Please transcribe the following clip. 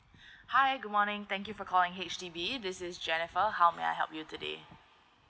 hi good morning thank you for calling H_D_B this is jennifer how may I help you today